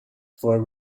for